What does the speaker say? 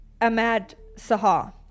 Ahmad-Sahar